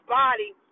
body